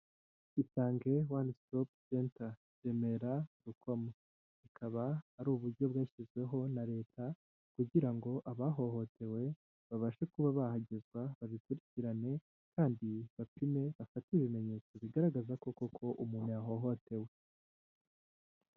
Isange one stop center, Remera, Rukomo. Ikaba ari uburyo bwashyizweho na leta kugira ngo abahohotewe babashe kuba bahagezezwa babikurikirane kandi bapime, bafate ibimenyetso bigaragaza ko koko umuntu yahohotewe.